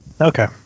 Okay